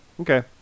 Okay